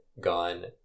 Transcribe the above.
gone